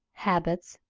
habits,